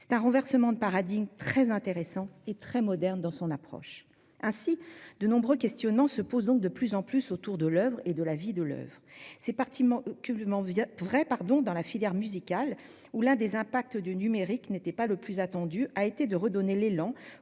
C'est un renversement de paradigme très intéressant et radicalement moderne dans son approche. Ainsi, de nombreux questionnements se posent, de plus en plus, autour de l'oeuvre et de sa vie. C'est particulièrement vrai dans la filière musicale, où l'une des conséquences du numérique- qui n'était pas la plus attendue -a été de redonner un élan,